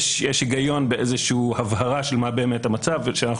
יש היגיון באיזושהי הבהרה של מה באמת המצב כאשר אנחנו